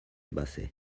base